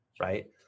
right